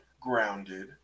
grounded